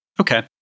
Okay